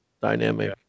dynamic